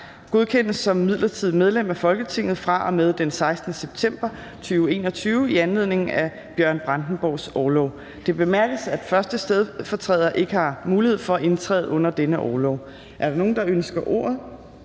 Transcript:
godkendes som midlertidigt medlem af Folketinget fra og med den 16. september 2021 i anledning af Bjørn Brandenborgs orlov. Det bemærkes, at 1. stedfortræder ikke har mulighed for at indtræde under denne orlov. Er der nogen, der ønsker ordet?